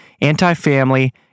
anti-family